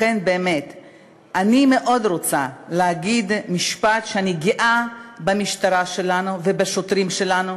לכן אני מאוד רוצה להגיד שאני גאה במשטרה שלנו ובשוטרים שלנו,